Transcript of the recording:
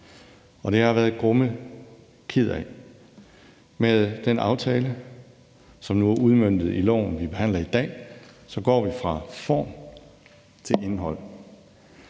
og det har jeg været grumme ked af. Med den aftale, som nu er udmøntet i loven, vi behandler i dag, går vi fra form til indhold,